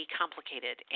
complicated